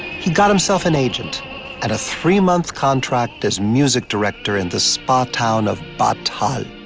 he got himself an agent and a three-month contract as music director in the spa town of bad hall.